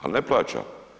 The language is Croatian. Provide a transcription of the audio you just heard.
Ali ne plaća.